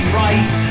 right